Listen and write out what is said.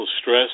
stress